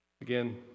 Again